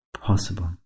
possible